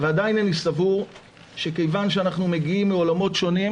ועדיין אני סבור שמכיוון שאנחנו מגיעים מעולמות שונים